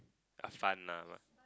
ah fun lah but